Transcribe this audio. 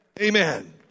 Amen